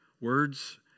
words